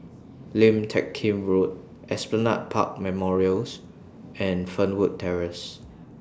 Lim Teck Kim Road Esplanade Park Memorials and Fernwood Terrace